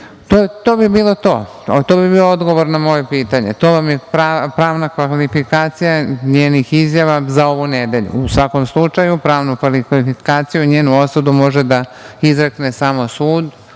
To bi bilo to. To bi bio odgovor na moje pitanje. To vam je pravna kvalifikacija njenih izjava za ovu nedelju. U svakom slučaju pravnu kvalifikaciju i njenu osudu može samo da izrekne samo sud